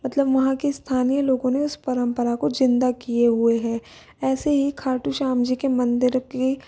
मतलब वहाँ के स्थानीय लोगों ने उस परंपरा को जिंदा किये हुए हैं ऐसी ही खाटू श्याम जी के मंदिर की